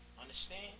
understand